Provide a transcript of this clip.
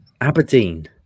Aberdeen